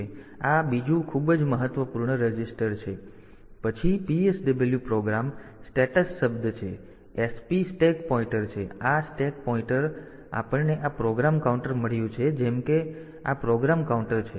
તેથી આ બીજું ખૂબ જ મહત્વપૂર્ણ રજીસ્ટર છે જે ત્યાં છે પછી PSW પ્રોગ્રામ સ્ટેટસ શબ્દ છે SP સ્ટેક પોઈન્ટર છે આ સ્ટેક પોઈન્ટર છે તો આપણને આ પ્રોગ્રામ કાઉન્ટર મળ્યું છે જેમ કે કહો કે આ પ્રોગ્રામ કાઉન્ટર છે